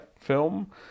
film